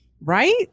right